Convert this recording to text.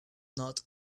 not